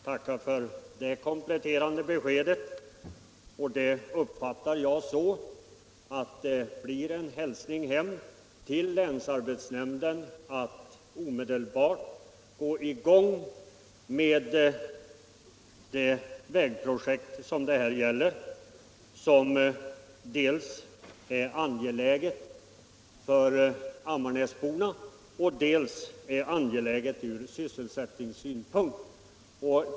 Herr talman! Jag ber att få tacka för det kompletterande beskedet. Det uppfattar jag som en hälsning hem till länsarbetsnämnden att omedelbart gå i gång med detta vägprojekt, som dels är angeläget för Ammarnäsborna, dels är angeläget ur sysselsättningssynpunkt.